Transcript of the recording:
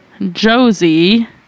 josie